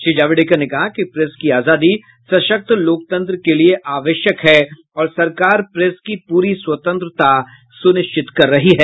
श्री जावड़ेकर ने कहा कि प्रेस की आजादी सशक्त लोकतंत्र के लिए आवश्यक है और सरकार प्रेस की पूरी स्वतंत्रता सुनिश्चित कर रही है